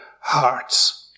hearts